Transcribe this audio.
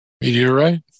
Meteorite